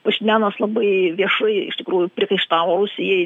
pašinjanas labai viešai iš tikrųjų priekaištavo rusijai